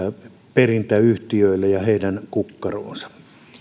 perintäyhtiöille ja heidän kukkaroonsa